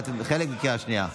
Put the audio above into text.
ואתם בחלק מקריאה שנייה.